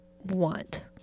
want